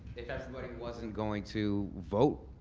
if everybody wasn't going to vote,